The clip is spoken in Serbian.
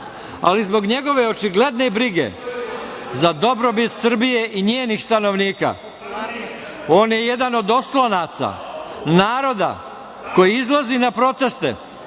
ali i zbog njegove očigledne brige za dobrobit Srbije i njenih stanovnika. On je jedan od oslonaca naroda koji izlazi na proteste